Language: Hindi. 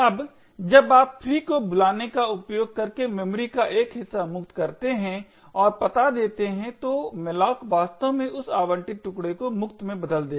अब जब आप free को बुलाने का उपयोग करके मेमोरी का एक हिस्सा मुक्त करते हैं और पता देते हैं तो malloc वास्तव में उस आवंटित टुकडे को मुक्त में बदल देगा